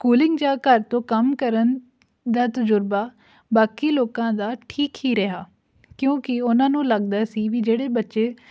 schooling ਜਾਂ ਘਰ ਤੋਂ ਕੰਮ ਕਰਨ ਦਾ ਤਜ਼ਰਬਾ ਬਾਕੀ ਲੋਕਾਂ ਦਾ ਠੀਕ ਹੀ ਰਿਹਾ ਕਿਉਂਕਿ ਉਹਨਾਂ ਨੂੰ ਲੱਗਦਾ ਸੀ ਵੀ ਜਿਹੜੇ ਬੱਚੇ